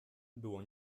było